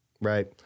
right